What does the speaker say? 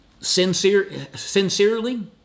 sincerely